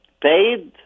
paid